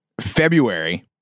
February